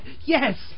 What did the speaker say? Yes